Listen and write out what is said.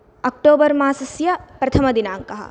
October मासस्य प्रथमदिनाङ्कः